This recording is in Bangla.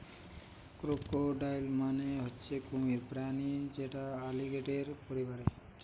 ক্রোকোডাইল মানে হচ্ছে কুমির প্রাণী যেটা অলিগেটের পরিবারের